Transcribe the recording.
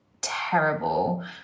terrible